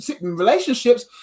relationships